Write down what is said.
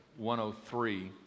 103